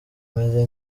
umeze